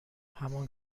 همان